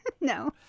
no